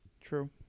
True